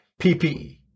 PPE